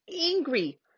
angry